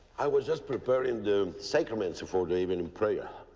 i was just preparing the sacraments for the evening prayer.